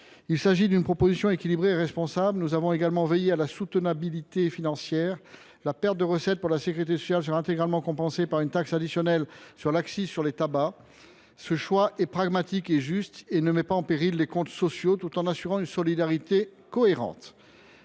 Il s’agit d’une proposition équilibrée et responsable. Nous avons également veillé à la soutenabilité financière de la mesure. La perte de recettes pour la sécurité sociale sera intégralement compensée par une taxe additionnelle à l’accise sur les tabacs. Ce choix est pragmatique et juste et ne met pas en péril les comptes sociaux. Mes chers collègues, cet